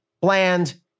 Bland